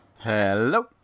Hello